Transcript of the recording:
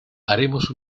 haremos